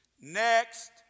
Next